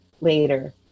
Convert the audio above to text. later